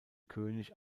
könig